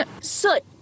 Soot